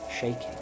shaking